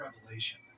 Revelation